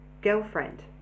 girlfriend